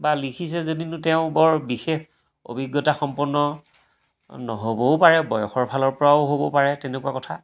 বা লিখিছে যদিনো তেওঁ বৰ বিশেষ অভিজ্ঞতা সম্পন্ন নহ'বও পাৰে বয়সৰ ফালৰ পৰাও হ'ব পাৰে তেনেকুৱা কথা